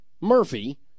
Murphy